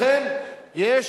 לכן יש